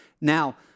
Now